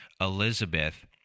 Elizabeth